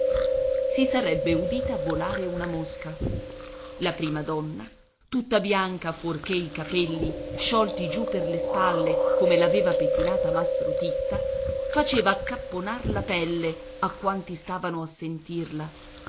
si sarebbe udita volare una mosca la prima donna tutta bianca fuorché i capelli sciolti giù per le spalle come l'aveva pettinata mastro titta faceva accapponar la pelle a quanti stavano a sentirla